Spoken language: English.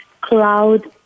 cloud